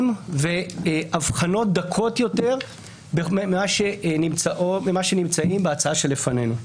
והבחנות דקות יותר ממה שנמצא בהצעה שלפנינו.